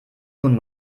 nun